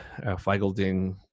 Feigelding